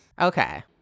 okay